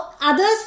others